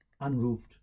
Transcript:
unroofed